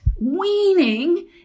weaning